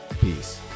Peace